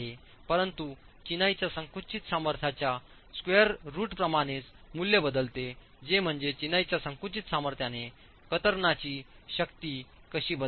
परंतु चिनाईच्या संकुचित सामर्थ्याच्या स्क्वेअर रूटप्रमाणेच मूल्य बदलते जे म्हणजे चिनाईच्या संकुचित सामर्थ्याने कतरण्याची शक्ती कशी बदलते